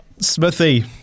Smithy